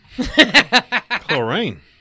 Chlorine